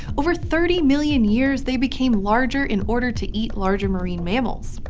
over thirty million years, they became larger in order to eat larger marine mammals.